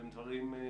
הם דברים חמורים.